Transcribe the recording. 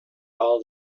all